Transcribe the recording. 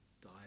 died